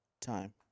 time